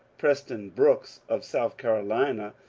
preston brooks of south carolina,